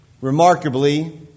remarkably